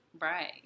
Right